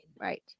Right